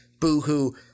Boo-hoo